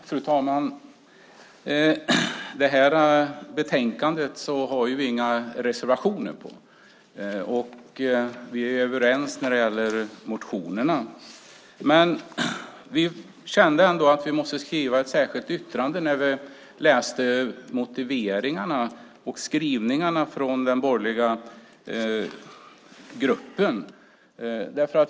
Fru talman! Vi har inga reservationer i betänkandet och vi är överens när det gäller motionerna. Vi kände dock att vi måste skriva ett särskilt yttrande när vi läste motiveringarna och skrivningarna från den borgerliga gruppen.